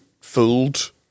fooled